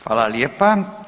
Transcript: Hvala lijepa.